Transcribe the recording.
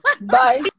bye